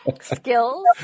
skills